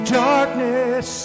darkness